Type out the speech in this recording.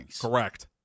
Correct